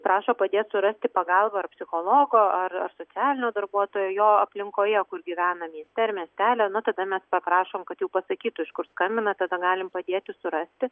prašo padėt surasti pagalbą ar psichologo ar ar socialinio darbuotojo jo aplinkoje kur gyvena mieste ar miestelyje nu tada mes paprašom kad jau pasakytų iš kur skambina tada galim padėti surasti